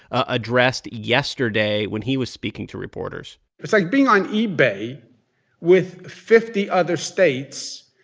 addressed yesterday when he was speaking to reporters it's like being on ebay with fifty other states,